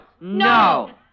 No